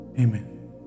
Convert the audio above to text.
Amen